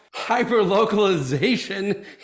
Hyperlocalization